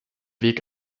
weg